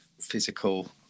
physical